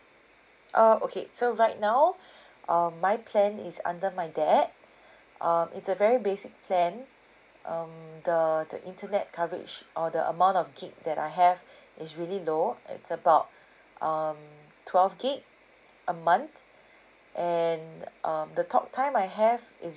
uh okay so right now uh my plan is under my dad um it's a very basic plan um the the internet coverage or the amount of gig that I have is really low it's about um twelve gig a month and um the talk time I have is